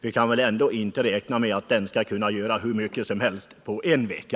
Vi kan väl ändå inte räkna med att den skall göra hur mycket som helst på en vecka.